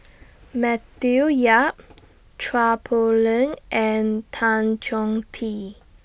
Matthew Yap Chua Poh Leng and Tan Chong Tee